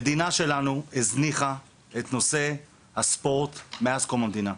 המדינה שלנו הזניחה את נושא הספורט מאז קום המדינה.